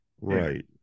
Right